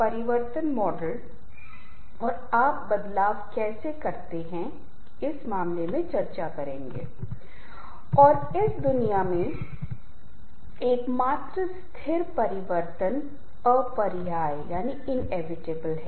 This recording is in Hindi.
अब सवाल यह है कि संबंध कैसे बनाएं क्या यह भी किसी प्रकार का कौशल है और हमारा संचार व्यवहार में बहुत महत्वपूर्ण भूमिका निभाते हैं रिश्तों के निर्माण में बहुत महत्वपूर्ण भूमिका निभाते हैं